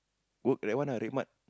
work red one ah RedMart